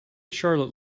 charlotte